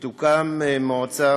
שתוקם מועצה